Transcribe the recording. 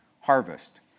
harvest